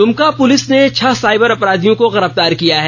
Dumka police ने छह cyber अपराधियों को गिरफ्तार किया है